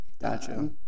Gotcha